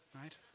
Right